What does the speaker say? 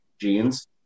jeans